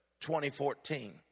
2014